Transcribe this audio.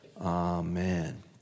Amen